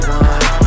one